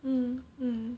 mm mm